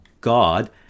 God